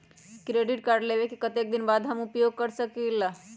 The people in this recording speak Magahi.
क्रेडिट कार्ड लेबे के कतेक दिन बाद हम उपयोग कर सकेला?